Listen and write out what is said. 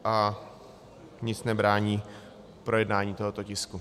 A nic nebrání projednání tohoto tisku.